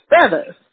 feathers